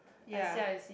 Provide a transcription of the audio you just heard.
ya